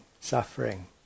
suffering